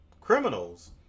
criminals